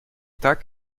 tas